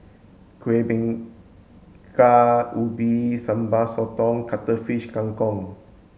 Kuih Bingka Ubi Sambal Sotong and Cuttlefish Kang Kong